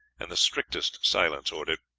and the strictest silence ordered.